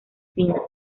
finas